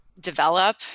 develop